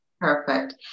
Perfect